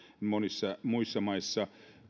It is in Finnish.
monissa muissa maissa